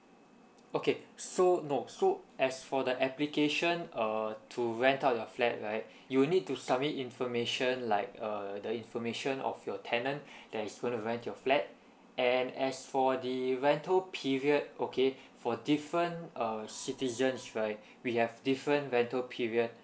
okay so no so as for the application uh to rent out your flat right you need to submit information like err the information of your tenant there's gonna to rent you flat and as for the rental period okay for different uh citizens right we have different rental period